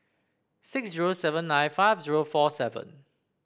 six zero seven nine five zero four seven